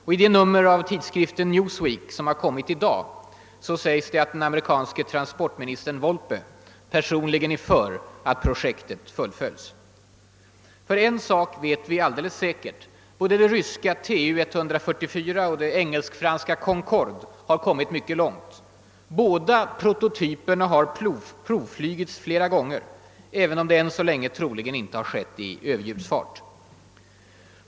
I det nummer av tidskriften Newsweek som har kommit i dag sägs det också att den amerikanske transportministern Volpe personligen är för att projektet fullföljs. En sak vet vi säkert: både det ryska Tu-144 och det engelsk-franska Concorde har kommit mycket långt. Båda prototyperna har provflugits flera gånger, även om det än så länge troligen inte skett i överljudsfart.